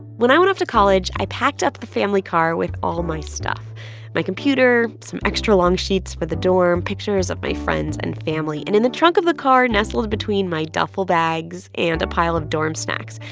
when i went off to college, i packed up the family car with all my stuff my computer, some extra-long sheets for the dorm, pictures of my friends and family. and in the trunk of the car nestled between my duffel bags and a pile of dorm snacks,